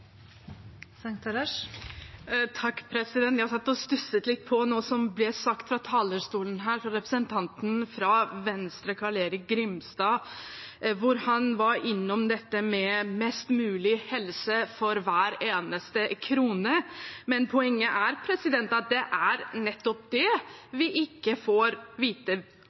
Jeg satt og stusset litt på noe som ble sagt fra talerstolen her av representanten fra Venstre, Carl-Erik Grimstad, som var innom dette med mest mulig helse for hver krone. Men poenget er at det er nettopp det vi ikke får vite,